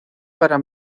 para